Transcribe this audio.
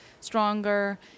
stronger